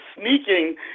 sneaking